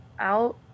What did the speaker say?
out